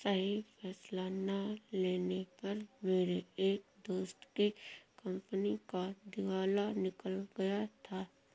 सही फैसला ना लेने पर मेरे एक दोस्त की कंपनी का दिवाला निकल गया था